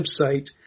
website